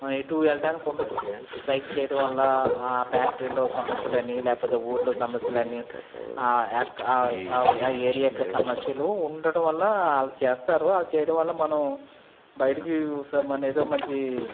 మనం ఎటూ వెళ్ళడానికి ఉండదు స్ట్రైక్ చేయడం వల్ల ఆ ఫ్యాక్టరీలో సమస్యలు అనీ లేకపోతే ఊరిలో సమస్యలు అనీ ఆ ఏరియా యొక్క సమస్యలు ఉండటం వల్ల అలా చేస్తారు అలా చేయడం వల్ల మనం బయటికి ఏదో మంచి